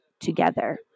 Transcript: together